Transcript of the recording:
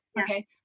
Okay